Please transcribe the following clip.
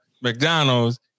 McDonald's